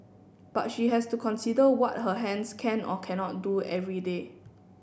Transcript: but she has to consider what her hands can or cannot do every day